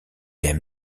aime